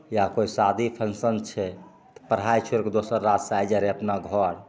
या कोइ शादी फन्क्शन छै तऽ पढ़ाइ छोड़िके दोसर राज्यसे आइ जाइ रहै अपना घर